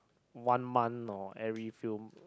one month or every few